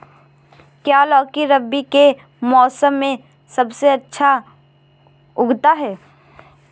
क्या लौकी रबी के मौसम में सबसे अच्छा उगता है?